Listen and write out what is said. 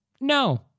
No